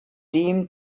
dem